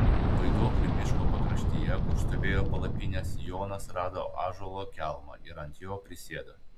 vaiduoklių miško pakraštyje kur stovėjo palapinės jonas rado ąžuolo kelmą ir ant jo prisėdo